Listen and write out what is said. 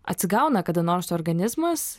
atsigauna kada nors organizmas